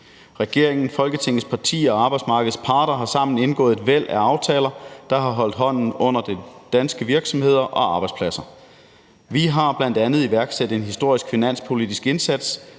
Regeringen, Folketingets partier og arbejdsmarkedets parter har sammen indgået et væld af aftaler, der har holdt hånden under de danske virksomheder og arbejdspladser. Vi har bl.a. iværksat en historisk finanspolitisk indsats,